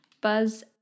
Buzz